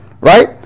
Right